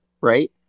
Right